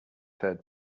third